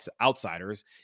outsiders